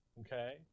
okay